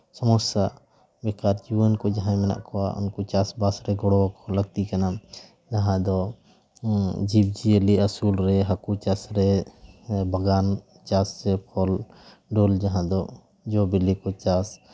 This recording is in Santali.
ᱥᱚᱢᱚᱥᱥᱟ ᱵᱮᱠᱟᱨ ᱡᱩᱣᱟᱹᱱ ᱠᱚ ᱡᱟᱦᱟᱸᱭ ᱢᱮᱱᱟᱜ ᱠᱚᱣᱟ ᱩᱱᱠᱩ ᱪᱟᱥᱼᱵᱟᱥ ᱨᱮ ᱜᱚᱲᱚ ᱟᱠᱚ ᱞᱟᱹᱠᱛᱤ ᱟᱠᱚ ᱠᱟᱱᱟ ᱱᱟᱦᱟᱜ ᱫᱚ ᱡᱤᱵᱽᱼᱡᱤᱭᱟᱹᱞᱤ ᱟᱹᱥᱩᱞ ᱨᱮ ᱦᱟᱹᱠᱩ ᱪᱟᱥ ᱨᱮ ᱱᱚᱜᱼᱚᱭ ᱵᱟᱜᱟᱱ ᱪᱟᱥ ᱥᱮ ᱯᱷᱚᱞᱼᱰᱚᱞ ᱡᱟᱦᱟᱸ ᱫᱚ ᱡᱚᱼᱵᱤᱞᱤ ᱠᱚ ᱪᱟᱥ